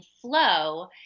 flow